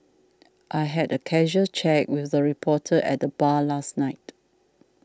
I had a casual chat with a reporter at the bar last night